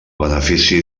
benefici